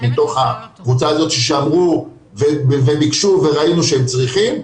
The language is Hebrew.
מתוך הקבוצה הזאת שביקשו וראינו שהם צריכים,